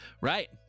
Right